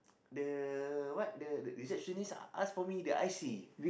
the what the receptionist ask from me the I_C